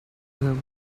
him